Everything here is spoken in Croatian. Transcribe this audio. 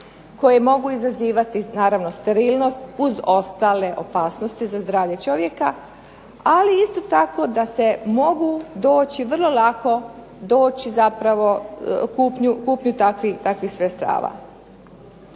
koje mogu izazivati sterilnost uz ostale opasnosti za zdravlje čovjeka, ali isto tako da se mogu doći vrlo lako doći zapravo, kupnju takvih sredstava.